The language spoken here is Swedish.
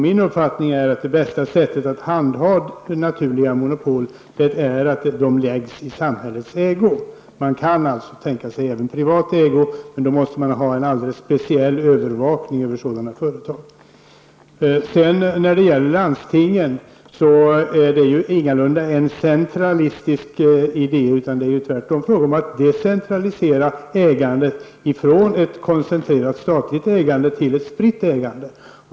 Min uppfattning är att det bästa sättet att handha naturliga monopol är att de läggs i samhällets ägo. Man kan alltså tänka sig även privat ägo, men då måste man ha en speciell övervakning över sådana företag. När det gäller landstingen är det ingalunda en centralistisk idé. Tvärtom, det är fråga om att decentralisera ägandet från ett koncentrerat statligt ägande till ett spritt ägande.